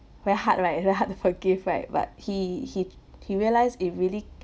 very hard right very hard to forgive right but he he he realised it really